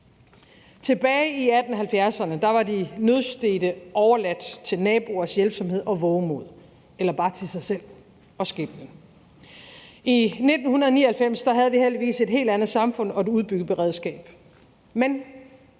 Tilbage i 1870'erne var de nødstedte overladt til naboers hjælpsomhed og vovemod – eller bare til sig selv og skæbnen. I 1999 havde vi heldigvis et helt andet samfund og et udbygget beredskab.